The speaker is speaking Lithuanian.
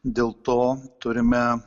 dėl to turime